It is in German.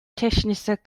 technischer